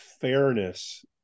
fairness